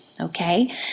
okay